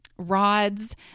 rods